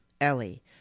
Ellie